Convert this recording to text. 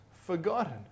forgotten